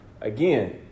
Again